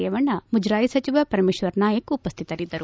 ರೇವಣ್ಣ ಮುಜರಾಯಿ ಸಚಿವ ಪರಮೇಶ್ವರ್ ನಾಯಕ್ ಉಪಸ್ಥಿತರಿದ್ದರು